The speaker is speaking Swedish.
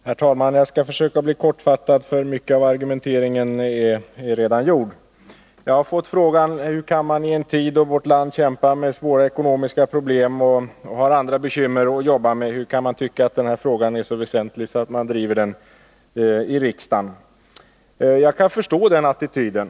Herr talman! Jag skall försöka fatta mig kort. Många av argumenten har ju redan framförts. Jag har fått frågan: Hur kan man i en tid, då vårt land kämpar med svåra ekonomiska problem och då vi har andra ekonomiska bekymmer att jobba med, tycka att den här frågan är så väsentlig att man driver den i riksdagen? Jag kan förstå den attityden.